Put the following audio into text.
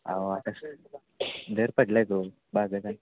अहो आता दर पडले आहेत हो बाजारात